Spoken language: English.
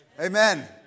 Amen